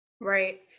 Right